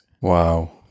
Wow